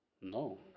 No